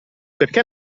perché